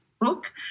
book